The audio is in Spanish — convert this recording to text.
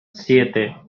siete